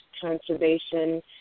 conservation